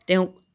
তেওঁক